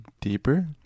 deeper